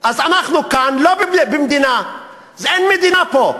אז אנחנו כאן לא במדינה, אין מדינה פה.